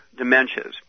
dementias